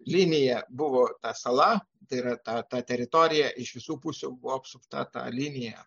linija buvo ta sala tai yra ta teritorija iš visų pusių buvo apsupta ta linija